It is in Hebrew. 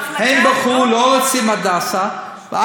המחלקה, הם בחרו לא רוצים הדסה, לא, לא.